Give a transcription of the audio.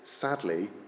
sadly